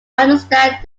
understand